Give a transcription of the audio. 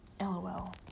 LOL